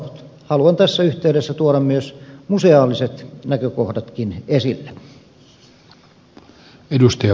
haluan tässä yhteydessä tuoda museaaliset näkökohdatkin esille